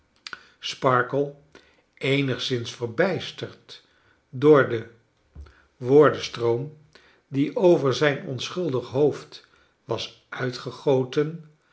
sparkler eenigszins verbijsterd door den woordenstroom die over zijn onschuldig hoofd was uitgegoten